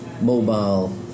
mobile